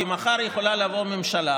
כי מחר יכולה לבוא ממשלה,